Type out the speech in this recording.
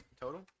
Total